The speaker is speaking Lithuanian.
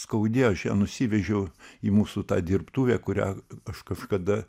skaudėjo aš ją nusivežiau į mūsų tą dirbtuvę kurią aš kažkada